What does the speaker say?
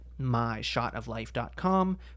myshotoflife.com